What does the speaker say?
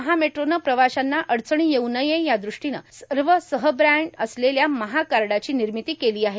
महामेट्रोनं प्रवाशांना अडचणी येवू नये या दृष्टीनं सर्व सहब्रॅन्ड असलेल्या महाकार्डाची निर्मिती केली आहे